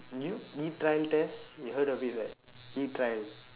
new new trial test you heard of it right new trial